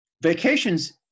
Vacations